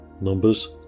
Numbers